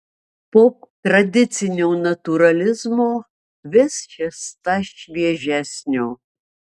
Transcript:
po tradicinio natūralizmo vis šis tas šviežesnio